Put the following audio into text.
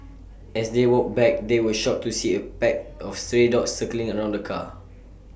as they walked back they were shocked to see A pack of stray dogs circling around the car